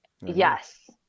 yes